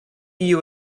you